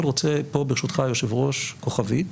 ברשותך היושב-ראש, אני רוצה פה כוכבית: